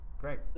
Great